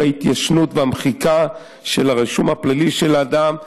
ההתיישנות והמחיקה של הרישום הפלילי של האדם,